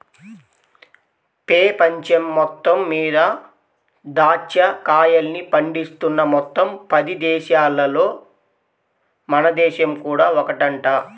పెపంచం మొత్తం మీద దాచ్చా కాయల్ని పండిస్తున్న మొత్తం పది దేశాలల్లో మన దేశం కూడా ఒకటంట